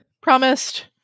promised